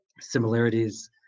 similarities